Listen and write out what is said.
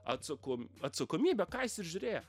atsako atsakomybė ką jis ir žiūrėjo